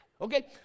Okay